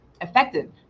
effective